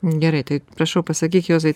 gerai tai prašau pasakyk juozai